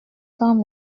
quand